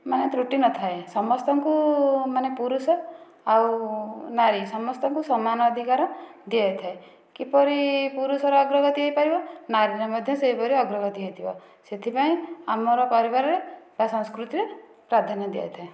ମାନେ ତ୍ରୁଟି ନଥାଏ ସମସ୍ତଙ୍କୁ ମାନେ ପୁରୁଷ ଆଉ ନାରୀ ସମସ୍ତଙ୍କୁ ସମାନ ଅଧିକାର ଦିଆଯାଇଥାଏ କିପରି ପୁରୁଷର ଅଗ୍ରଗତି ହେଇପାରିବ ନାରୀର ମଧ୍ୟ ସେପରି ଅଗ୍ରଗତି ହୋଇଥିବ ସେଥିପାଇଁ ଆମର ପରିବାରରେ ବା ସଂସ୍କୃତିରେ ପ୍ରାଧାନ୍ୟ ଦିଆଯାଇଥାଏ